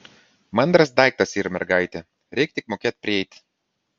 mandras daiktas yr mergaitė reikia tik mokėt prieiti